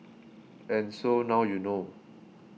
and so now you know